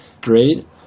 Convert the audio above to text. great